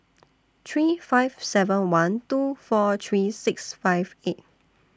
three five seven one two four three six five eight